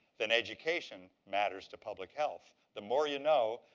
then education matters to public health. the more you know,